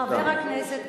חבר הכנסת כץ,